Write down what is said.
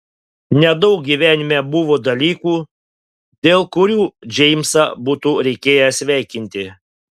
nedaug gyvenime buvo dalykų dėl kurių džeimsą būtų reikėję sveikinti